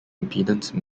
impedance